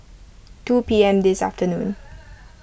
two P M this afternoon